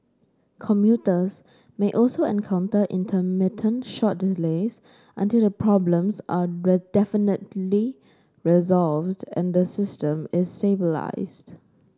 commuters may also encounter intermittent short delays until the problems are definitively resolved and the system stabilised